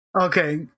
Okay